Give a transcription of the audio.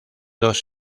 dos